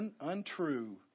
Untrue